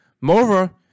Moreover